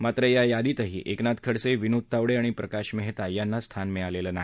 मात्र या यादीतही एकनाथ खडसे विनोद तावडे आणि प्रकाश मेहता यांना स्थान मिळालेलं नाही